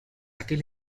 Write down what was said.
aquel